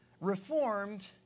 reformed